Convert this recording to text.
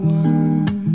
one